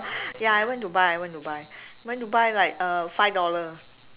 ya I went to buy I went to buy went to buy like uh five dollar